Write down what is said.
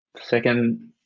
Second